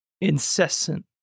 incessant